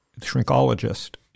shrinkologist